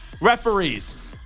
referees